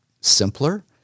simpler